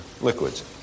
liquids